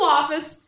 office